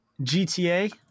gta